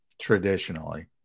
traditionally